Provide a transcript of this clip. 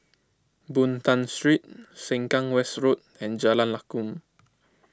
Boon Tat Street Sengkang West Road and Jalan Lakum